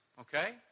okay